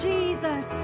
Jesus